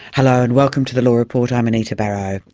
hello and welcome to the law report, i'm anita barraud.